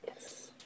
Yes